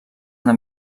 una